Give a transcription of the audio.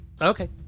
Okay